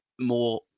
more